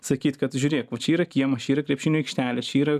sakyt kad žiūrėk va čia yra kiemas yra krepšinio aikštelės čia yra